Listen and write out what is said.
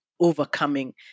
overcoming